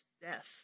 death